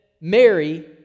Mary